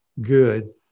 good